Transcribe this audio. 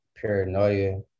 Paranoia